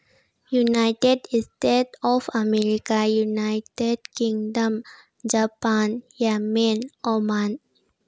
united state of America United Kingdom Japan Yemen Oman